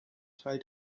teil